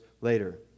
later